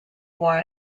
war